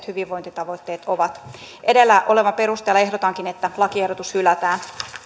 hyvinvointitavoitteet ovat edellä olevan perusteella ehdotankin että lakiehdotus hylätään